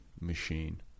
machine